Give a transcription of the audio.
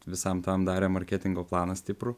visam tam darė marketingo planą stiprų